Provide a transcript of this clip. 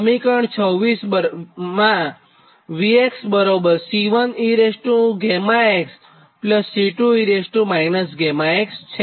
સમીકરણ 26 V C1 e𝛾x C2 e 𝛾x છે